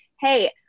hey